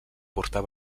portar